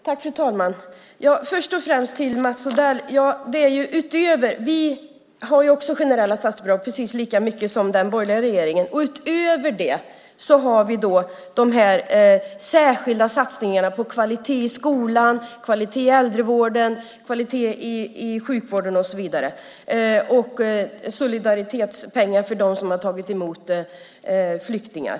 Fru talman! Jag ska först och främst säga följande till Mats Odell. Vi föreslår precis lika mycket generella statsbidrag som den borgerliga regeringen. Utöver det föreslår vi särskilda satsningar på kvalitet i skolan, kvalitet i äldrevården, kvalitet i sjukvården och så vidare. Vi föreslår även solidaritetspengar till de kommuner som har tagit emot flyktingar.